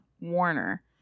Warner